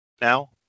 now